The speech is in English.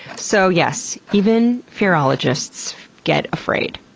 so, yes, even fearologists get afraid.